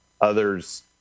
others